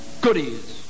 Goodies